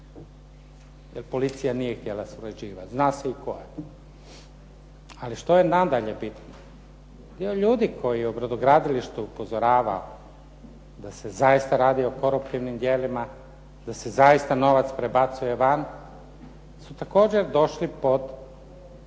jer policija nije htjela surađivati. Zna se i koja. Ali što je nadalje bitno? Ljudi koji je u brodogradilištu upozoravao da se zaista radi o koruptivnim djelima, da se zaista novac prebacuje van su također došli pod